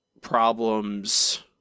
problems